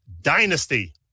Dynasty